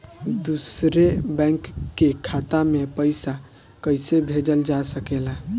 दूसरे बैंक के खाता में पइसा कइसे भेजल जा सके ला?